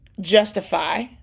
justify